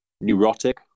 neurotic